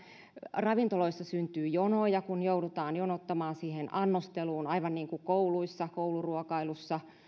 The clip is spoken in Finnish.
ravintoloissa syntyy jonoja kun joudutaan jonottamaan siihen annosteluun aivan niin kuin kouluruokailussa